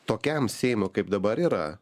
tokiam seimui kaip dabar yra